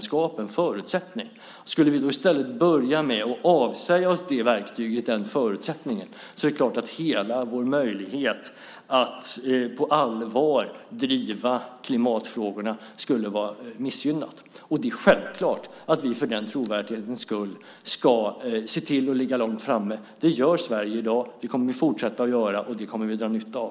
Skulle vi i stället börja med att avsäga oss det verktyget, den förutsättningen, skulle alla våra möjligheter att på allvar driva klimatfrågorna vara missgynnade. Det är självklart att vi för den trovärdighetens skull ska se till att ligga långt framme. Det gör Sverige i dag. Det kommer vi att fortsätta att göra, och det kommer vi att dra nytta av.